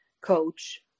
coach